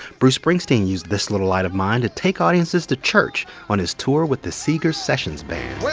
bruce springsteen used this little light of mine to take audiences to church on his tour with the seeger sessions band